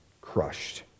crushed